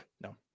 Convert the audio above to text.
No